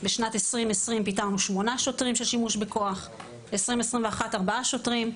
בשנת 2020 פיטרנו שמונה שוטרים בגלל שימוש בכוח; ב-2021 ארבעה שוטרים.